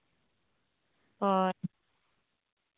ᱦᱚᱸ